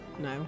No